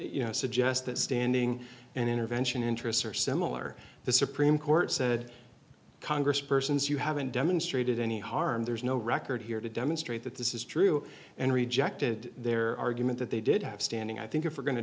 you know suggest that standing and intervention interests are similar the supreme court said congresspersons you haven't demonstrated any harm there's no record here to demonstrate that this is true and rejected their argument that they did have standing i think if we're going to